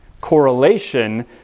correlation